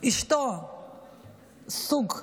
אשתו סוג ב'